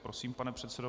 Prosím, pane předsedo.